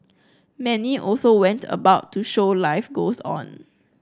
many also went about to show life goes on